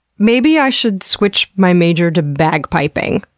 maybe i should switch my major to bagpiping,